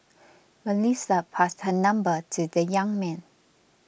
Melissa passed her number to the young man